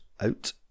out